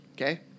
okay